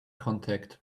contact